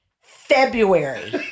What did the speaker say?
February